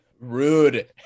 Rude